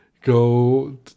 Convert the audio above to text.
go